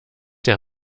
der